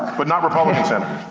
but not republican senators?